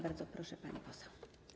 Bardzo proszę, pani poseł.